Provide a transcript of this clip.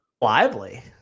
lively